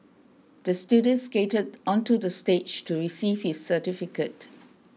the student skated onto the stage to receive his certificate